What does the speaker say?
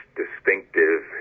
distinctive